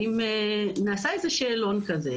האם נעשה איזה שאלון כזה?